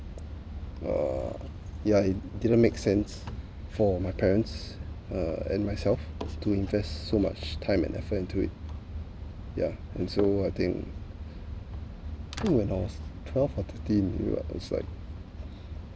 uh yeah it didn't make sense for my parents uh and myself to invest so much time and effort into it yeah and so I think when I was twelve or thirteen you know I was like